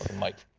mic